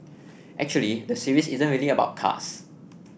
actually the series isn't really about cards